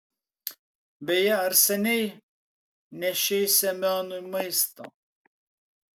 beje ar seniai nešei semionui maisto